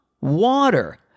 Water